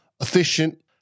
efficient